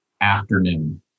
afternoon